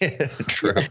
True